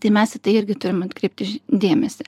tai mes į tai irgi turim atkreipti dėmesį